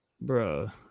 Bro